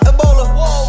Ebola